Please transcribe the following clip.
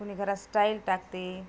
कोणी घरात स्टाईल टाकते